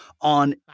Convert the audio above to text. on